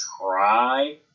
try